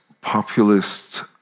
populist